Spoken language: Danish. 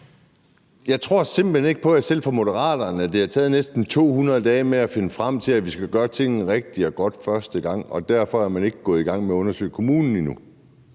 Jeg tror simpelt hen ikke på, at det selv for Moderaterne har kunnet tage næsten 200 dage at finde frem til, at vi skulle gøre tingene rigtigt og godt første gang, og at man derfor ikke er gået i gang med at undersøge kommunen endnu.